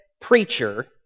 preacher